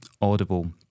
audible